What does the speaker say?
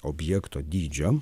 objekto dydžio